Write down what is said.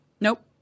Nope